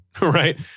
right